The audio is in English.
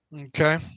Okay